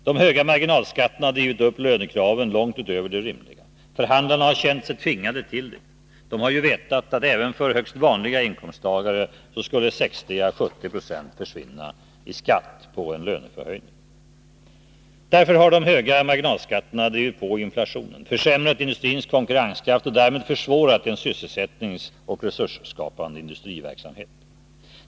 De höga marginalskatterna har drivit upp lönekraven långt utöver det rimliga. Förhandlarna har känt sig tvingade till det. De har ju vetat att även för högst vanliga inkomsttagare skulle 60 å 70 96 försvinna i skatt på en löneförhöjning. Därför har de höga marginalskatterna drivit på inflationen, försämrat industrins konkurrenskraft och därmed försvårat en sysselsättningsoch resursskapande industriverksamhet.